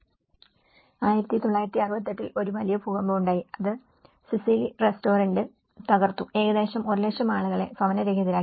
1968 ൽ ഒരു വലിയ ഭൂകമ്പം ഉണ്ടായി അത് സിസിലി റെസ്റ്റോറന്റ് തകർത്തു ഏകദേശം 1 ലക്ഷം ആളുകളെ ഭവനരഹിതരാക്കി